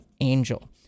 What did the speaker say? Angel